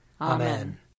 Amen